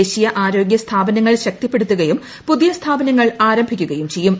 ദേശീയ ആരോഗ്യ സ്ഥാപനങ്ങൾ ൾക്തിപ്പെടുത്തുകയും പുതിയ സ്ഥാപനങ്ങൾ ആരംഭിക്കുകയും ചെയ്യും